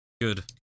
Good